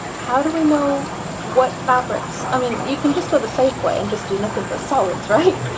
how do we know what fabrics? i mean, you can just go the safe way and just do nothing but solids, right?